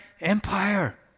empire